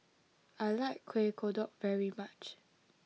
I like Kueh Kodok very much